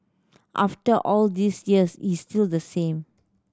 after all these years he's still the same